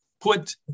Put